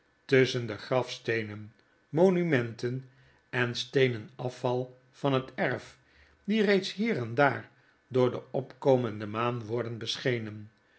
tusschen de grafsteenen monumenten en steenen afval van het erf die reeds hier en daar door de opkomende maan worden beschenen